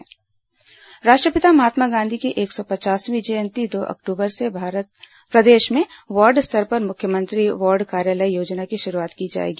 मुख्यमंत्री वार्ड कार्यालय योजना राष्ट्रपिता महात्मा गांधी की एक सौ पचासवीं जयंती दो अक्टूबर से प्रदेश में वार्ड स्तर पर मुख्यमंत्री वार्ड कार्यालय योजना की शुरूआत की जाएगी